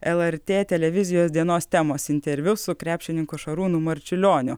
lrt televizijos dienos temos interviu su krepšininku šarūnu marčiulioniu